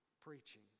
preaching